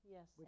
Yes